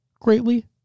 Greatly